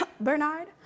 Bernard